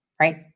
right